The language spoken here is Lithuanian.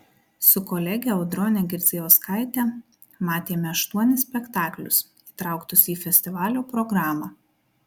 su kolege audrone girdzijauskaite matėme aštuonis spektaklius įtrauktus į festivalio programą